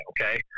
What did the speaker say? okay